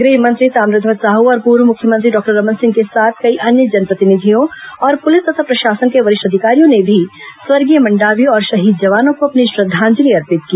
गृह मंत्री ताम्रध्वज साहू और पूर्व मुख्यमंत्री डॉक्टर रमन सिंह के साथ कई अन्य जनप्रतिनिधियों और पुलिस तथा प्रशासन के वरिष्ठ अधिकारियों ने भी स्वर्गीय मंडावी और शहीद जवानों को अपनी श्रद्दांजलि अर्पित की